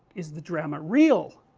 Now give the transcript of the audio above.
is the drama real?